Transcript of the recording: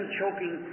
choking